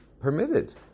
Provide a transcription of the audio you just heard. permitted